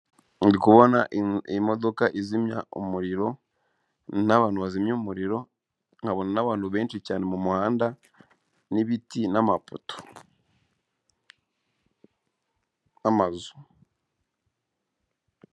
Kubona imodoka izimya umuriro, abantu bazimya umuriro, nkabona abantu benshi cyane mumuhanda n'ibiti n'amapoto n'amazu.